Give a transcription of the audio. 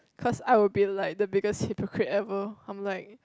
cause I will be like the biggest hypocrite ever I'm like